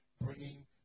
bringing